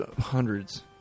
hundreds